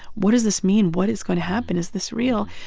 what does this mean? what is going to happen? is this real?